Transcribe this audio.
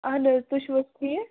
اَہَن حظ تُہۍ چھِو حظ ٹھیٖک